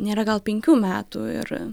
nėra gal penkių metų ir